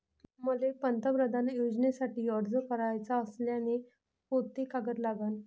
मले पंतप्रधान योजनेसाठी अर्ज कराचा असल्याने कोंते कागद लागन?